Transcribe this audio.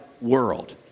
world